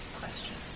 question